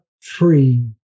free